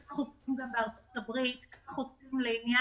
כך עושים גם בארצות הברית, גם ב-OECD.